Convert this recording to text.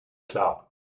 klar